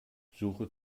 suche